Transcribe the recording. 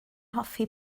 hoffi